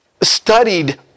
studied